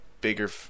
bigger